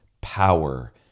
power